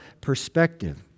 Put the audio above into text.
perspective